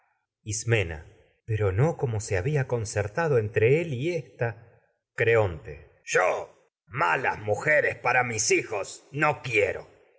ismena pero se había concertado entre él y ésta creonte yo malas mujeres para mis hijos no quiero